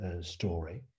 story